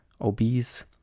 obese